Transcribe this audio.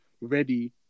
ready